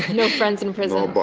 no friends in prison.